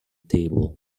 table